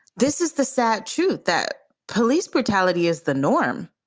this is the sad truth, that police brutality is the norm.